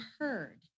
heard